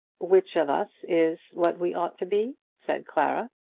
which of us is what we ought to be? said clara.